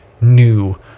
new